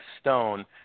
stone